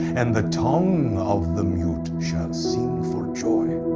and the tongue of the mute shall sing for joy.